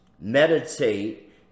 meditate